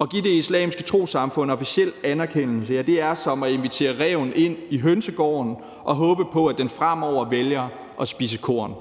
At give Det Islamiske Trossamfund officiel anerkendelse er som at invitere ræven ind i hønsegården og håbe på, at den fremover vælger at spise korn.